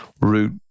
route